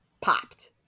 popped